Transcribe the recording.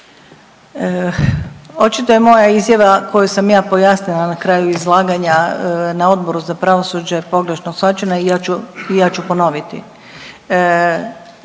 Očito je moja izjava koju sam ja pojasnila na kraju izlaganja na Odboru za pravosuđe pogrešno shvaćena i ja ću ponoviti.